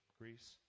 Greece